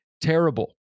terrible